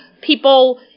people